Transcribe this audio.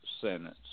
sentence